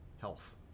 health